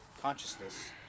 consciousness